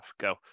Go